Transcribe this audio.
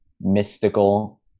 mystical